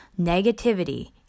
Negativity